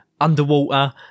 underwater